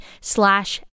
slash